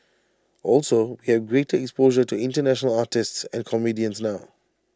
also we have greater exposure to International artists and comedians now